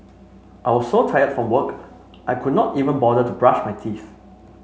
I was so tired from work I could not even bother to brush my teeth